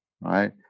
right